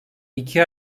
iki